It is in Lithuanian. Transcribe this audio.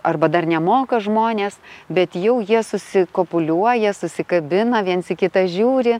arba dar nemoka žmonės bet jau jie susikopuliuoja susikabina viens į kitą žiūri